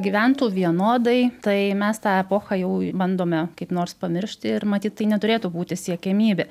gyventų vienodai tai mes tą epochą jau bandome kaip nors pamiršti ir matyt tai neturėtų būti siekiamybė